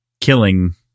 killing